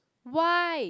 why